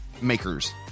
makers